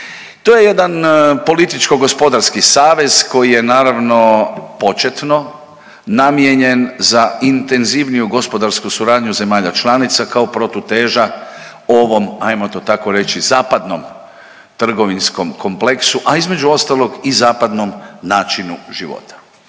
To je jedan politički gospodarski savez koji je naravno početno namijenjen za intenzivniju gospodarsku suradnju zemalja članica kao protuteža ovom ajmo to tako reći zapadnom trgovinskom kompleksu, a između ostalog i zapadnom načinu života.